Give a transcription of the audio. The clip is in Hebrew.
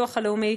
לביטוח הלאומי,